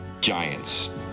giants